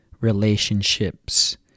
relationships